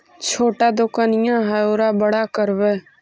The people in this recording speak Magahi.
छोटा दोकनिया है ओरा बड़ा करवै?